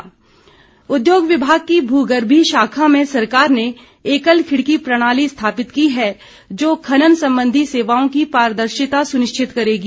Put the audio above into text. विक्रम सिंह उद्योग विभाग की भूगर्भीय शाखा में सरकार ने एकल खिड़की प्रणाली स्थापित की है जो खनन सम्बंधी सेवाओं की पारदर्शिता सुनिश्चित करेगी